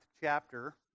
chapter